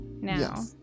now